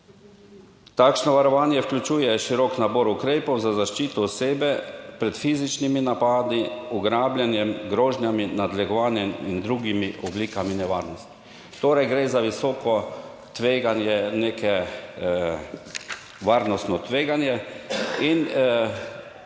Takšno varovanje vključuje širok nabor ukrepov za zaščito osebe pred fizičnimi napadi, ugrabljanjem, grožnjami, nadlegovanjem in drugimi oblikami nevarnosti. Torej gre za visoko tveganje, neko varnostno tveganje in kar se je